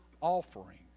offering